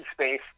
space